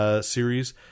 series